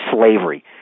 slavery